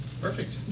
Perfect